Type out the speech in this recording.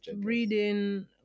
reading